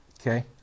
Okay